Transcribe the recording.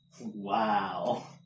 Wow